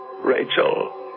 Rachel